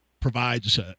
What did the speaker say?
provides